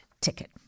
ticket